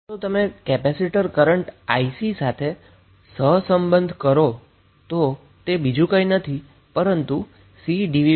તો જો તમે કેપેસિટર કરન્ટ ic સાથે કોરીલેટ કરો તો તે બીજું કંઈ નથી પરંતુ Cdvdt છે